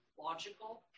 logical